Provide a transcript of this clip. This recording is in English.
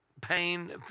pain